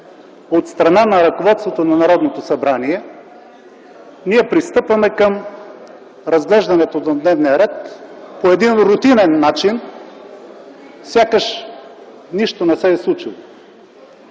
от страна на ръководството на Народното събрание, ние пристъпваме към разглеждането на дневния ред по един рутинен начин, сякаш нищо не се е случило.